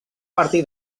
partir